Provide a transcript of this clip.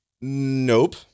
Nope